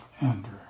Andrew